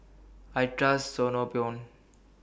I Trust Sangobion